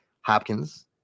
Hopkins